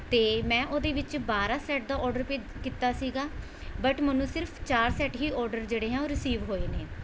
ਅਤੇ ਮੈਂ ਉਹਦੇ ਵਿੱਚ ਬਾਰ੍ਹਾਂ ਸੈਟ ਦਾ ਔਡਰ ਭੇਜ ਕੀਤਾ ਸੀਗਾ ਬਟ ਮੈਨੂੰ ਸਿਰਫ ਚਾਰ ਸੈਟ ਹੀ ਔਡਰ ਜਿਹੜੇ ਹੈ ਉਹ ਰਿਸੀਵ ਹੋਏ ਨੇ